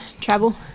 travel